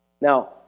Now